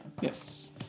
Yes